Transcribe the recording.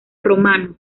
romano